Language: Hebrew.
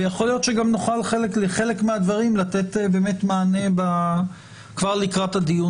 ויכול להיות שגם נוכל לתת מענה לחלק מהדברים